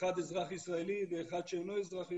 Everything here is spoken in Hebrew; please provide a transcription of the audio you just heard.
אחד אזרח ישראלי ואחד שאינו אזרח ישראלי,